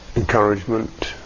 Encouragement